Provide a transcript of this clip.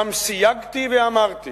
גם סייגתי ואמרתי